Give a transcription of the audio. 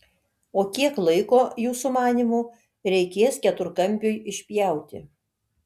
o kiek laiko jūsų manymu reikės keturkampiui išpjauti